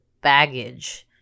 baggage